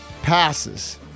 passes